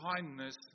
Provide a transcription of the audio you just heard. kindness